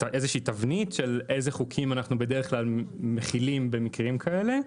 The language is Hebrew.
תבנית של חוקים שאנחנו מחילים במקרים כאלה,